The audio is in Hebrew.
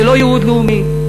זה לא ייעוד לאומי.